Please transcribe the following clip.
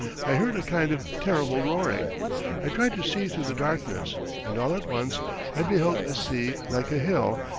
i heard a kind of terrible roaring i tried to see through the darkness, and all at once i beheld a sea like a hill,